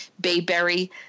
Bayberry